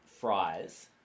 fries